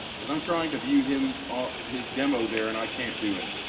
cause i'm trying to view him on his demo there and i can't do it.